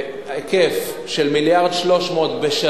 בהיקף של 1.3 מיליארד בשנה,